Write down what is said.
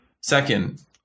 second